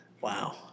Wow